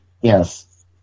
yes